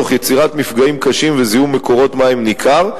תוך יצירת מפגעים קשים וזיהום מקורות מים ניכר,